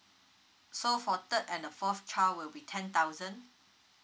so for third and a fourth child will be ten thousand